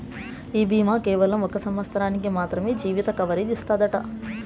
ఈ బీమా కేవలం ఒక సంవత్సరానికి మాత్రమే జీవిత కవరేజ్ ఇస్తాదట